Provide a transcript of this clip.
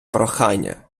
прохання